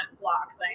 blocks